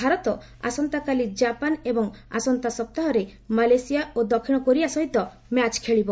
ଭାରତ ଆସନ୍ତାକାଲି ଜାପାନ ଏବଂ ଆସନ୍ତା ସପ୍ତାହରେ ମାଲେସିଆ ଓ ଦକ୍ଷିଣ କୋରିଆ ସହିତ ମ୍ୟାଚ୍ ଖେଳିବ